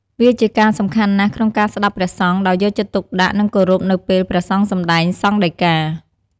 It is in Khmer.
វាជាការសំខាន់ណាស់ក្នុងការស្តាប់ព្រះសង្ឃដោយយកចិត្តទុកដាក់ និងគោរពនៅពេលព្រះសង្ឃសំដែងសង្ឃដីកា។